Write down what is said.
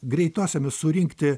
greitosiomis surinkti